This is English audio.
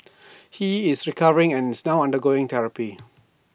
he is recovering and is now undergoing therapy